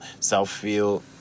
Southfield